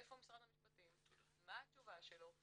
איפה משרד המשפטים, מה התשובה שלו.